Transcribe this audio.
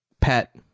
pet